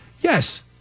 Yes